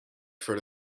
for